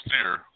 steer